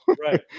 Right